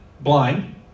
blind